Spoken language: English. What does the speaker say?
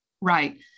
Right